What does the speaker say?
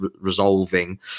resolving